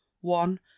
one